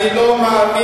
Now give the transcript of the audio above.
אני לא מאמין,